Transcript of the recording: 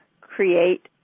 create